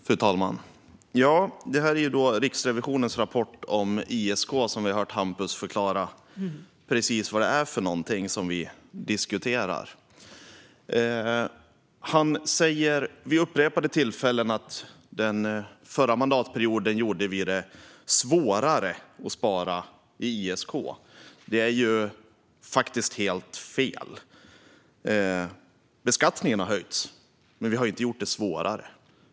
Fru talman! Debatten gäller Riksrevisionens rapport om ISK. Vi har hört Hampus Hagman förklara precis vad det är för någonting som vi diskuterar. Han säger vid upprepade tillfällen att vi den förra mandatperioden gjorde det svårare att spara i ISK. Det är faktiskt helt fel. Beskattningen har höjts, men vi har inte gjort det svårare.